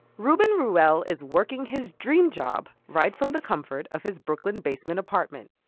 reuben reuel is working his dream job right from the comfort of his brooklyn basement apartment.